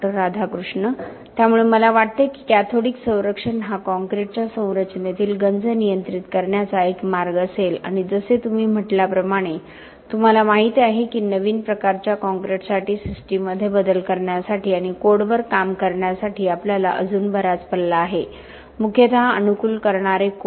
राधाकृष्ण त्यामुळे मला वाटते की कॅथोडिक संरक्षण हा काँक्रीटच्या संरचनेतील गंज नियंत्रित करण्याचा एक मार्ग असेल आणि जसे तुम्ही म्हटल्याप्रमाणे तुम्हाला माहित आहे की नवीन प्रकारच्या कॉंक्रिटसाठी सिस्टीममध्ये बदल करण्यासाठी आणि कोडवर काम करण्यासाठी आपल्याला अजून बराच पल्ला आहे मुख्यत अनुकूल करणारे कोड